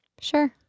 Sure